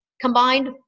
combined